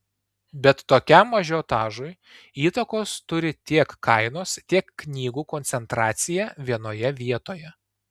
bet tokiam ažiotažui įtakos turi tiek kainos tiek knygų koncentracija vienoje vietoje